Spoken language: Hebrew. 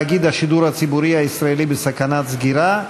והראשונה שבהן: תאגיד השידור הציבורי הישראלי בסכנת סגירה,